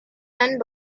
and